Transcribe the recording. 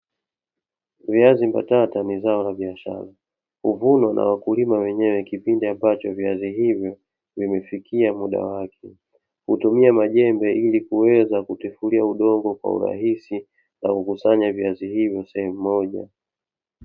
Viazi mbatata ni zao la biashara, huvunwa na wakulima wenyewe kipindi ambacho viazi hivyo vimefikia muda wake, hutumia majembe ili kuweza kutifulia udongo kwa urahisi na jukusanya viazi hivyo sehemu moja.